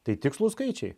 tai tikslūs skaičiai